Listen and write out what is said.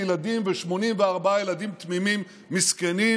בילדים, ו-84 ילדים תמימים מסכנים